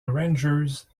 rangers